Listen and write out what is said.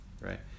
right